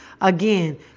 Again